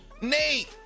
Nate